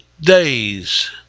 days